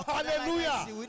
Hallelujah